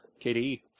KDE